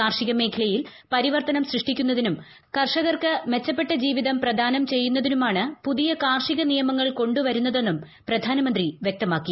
കാർഷികമേഖലയിൽ പരിവർത്തനം സൃഷ്ടിക്കുന്നതിനും കർഷകർക്ക് മെച്ചപ്പെട്ട ജീവിതം പ്രദാനം ചെയ്യുന്നതിനും ആണ് പുതിയ കാർഷിക നിയമങ്ങൾ കൊണ്ടുവരുന്നതെന്നും പ്രധാനമന്ത്രി വ്യക്തമാക്കി